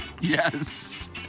Yes